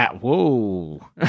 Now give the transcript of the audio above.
whoa